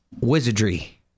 Wizardry